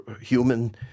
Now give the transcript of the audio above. human